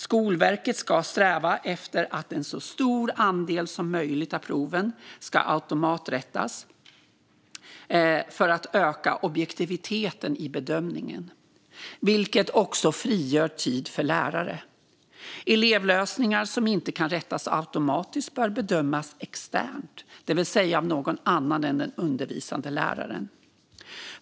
Skolverket ska sträva efter att en så stor andel som möjligt av proven ska automaträttas för att öka objektiviteten i bedömningen, vilket också frigör tid för lärare. Elevlösningar som inte kan rättas automatiskt bör bedömas externt, det vill säga av någon annan än den undervisande läraren.